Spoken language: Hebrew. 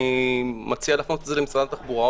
אני מציע להפנות את זה למשרד התחבורה.